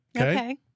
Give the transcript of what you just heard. Okay